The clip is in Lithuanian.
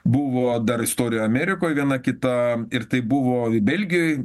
buvo dar istorija amerikoj viena kita ir tai buvo belgijoj